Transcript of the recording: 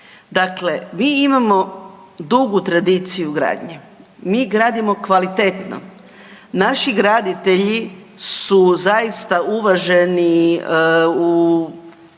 Dakle, mi imamo dugu tradiciju gradnje. Mi gradimo kvalitetno. Naši graditelji su zaista uvaženi u,